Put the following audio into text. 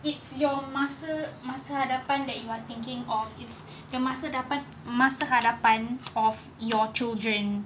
it's your masa masa hadapan that you are thinking of it's the masa depan masa hadapan of your children